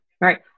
right